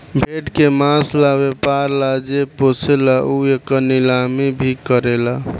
भेड़ के मांस ला व्यापर ला जे पोसेला उ एकर नीलामी भी करेला